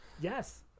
Yes